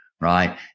Right